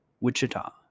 Wichita